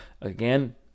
Again